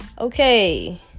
Okay